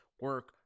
Work